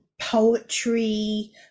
poetry